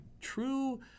True